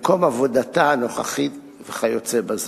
מקום עבודתה הנוכחי וכיוצא בזה.